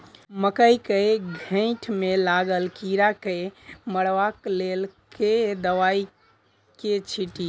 मकई केँ घेँट मे लागल कीड़ा केँ मारबाक लेल केँ दवाई केँ छीटि?